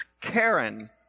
karen